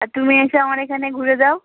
আর তুমি এসো আমার এখানে ঘুরে যাও